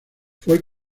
fue